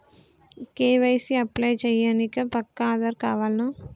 KYC apply చేయనీకి పక్కా ఆధార్ కావాల్నా?